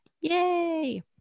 Yay